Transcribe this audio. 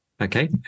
okay